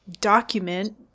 document